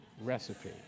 recipe